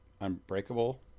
Unbreakable